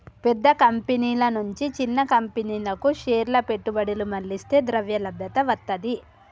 పెద్ద కంపెనీల నుంచి చిన్న కంపెనీలకు షేర్ల పెట్టుబడులు మళ్లిస్తే ద్రవ్యలభ్యత వత్తది